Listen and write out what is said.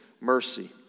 mercy